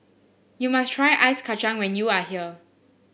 you must try Ice Kacang when you are here